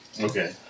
Okay